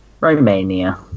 Romania